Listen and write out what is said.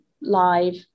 live